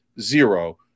zero